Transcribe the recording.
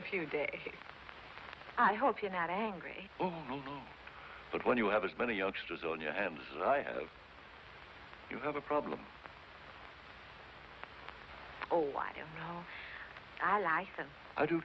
a few days i hope you're not angry but when you have as many youngsters on your hands you have a problem oh